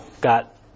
got